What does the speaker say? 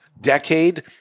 decade